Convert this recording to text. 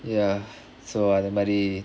ya so அந்தமாரி:anthamaari